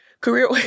career